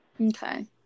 okay